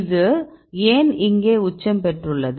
இது ஏன் இங்கே உச்சம் பெற்றுள்ளது